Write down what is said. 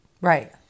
Right